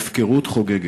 ההפקרות חוגגת.